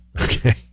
okay